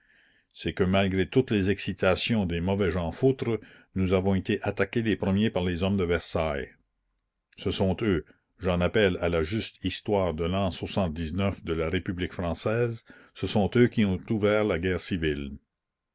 c'est que malgré toutes les excitations des mauvais jean foutre nous avons été attaqués les premiers par les hommes de versailles ce sont eux j'en appelle à la juste histoire de lan de la république française ce sont eux qui ont ouvert la guerre civile